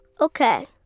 Okay